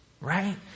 right